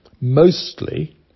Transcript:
Mostly